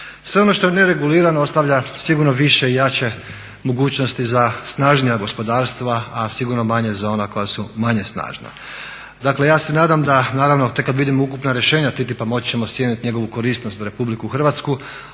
Sve ono što je neregulirano ostavlja sigurno više i jače mogućnosti za snažnija gospodarstva, a sigurno manje za ona koja su manje snažna. Dakle ja se nadam da, naravno tek kad vidim ukupna rješenja TTIP-a moći ćemo cijenit njegovu korisnost za Republiku Hrvatsku,